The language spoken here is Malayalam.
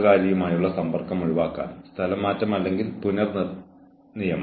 ജീവനക്കാരന് ഒരു അവസരം നൽകും അവളുടെ അല്ലെങ്കിൽ അവന്റെ ജോലി മെച്ചപ്പെടുത്താനുള്ള ന്യായമായ അവസരം